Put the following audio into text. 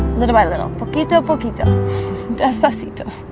little by little paquito paquito esposito